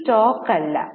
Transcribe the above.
ഇത് സ്റ്റോക്ക് അല്ല